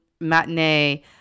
matinee